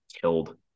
killed